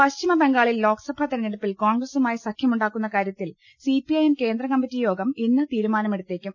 പശ്ചിമബംഗാളിൽ ലോക്സഭാ തെരഞ്ഞെടുപ്പിൽ കോൺഗ്ര സുമായി സഖ്യമുണ്ടാക്കുന്ന കാര്യത്തിൽ സിപിഐഎം കേന്ദ്ര കമ്മിറ്റി യോഗം ഇന്ന് തീരുമാനമെടുത്തേക്കും